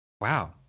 wow